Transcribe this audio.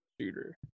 shooter